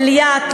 לליאת,